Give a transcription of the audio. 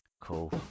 Cool